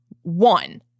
One